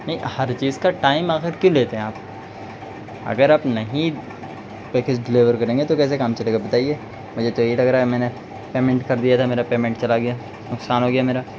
نہیں ہر چیز کا ٹائم آخر کیوں لیتے ہیں آپ اگر آپ نہیں پیکج ڈیلیور کریں گے تو کیسے کام چلے گا بتائیے مجھے تو یہی لگ رہا ہے میں نے پیمنٹ کر دیا تھا میرا پیمنٹ چلا گیا نقصان ہو گیا میرا